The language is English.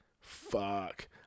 Fuck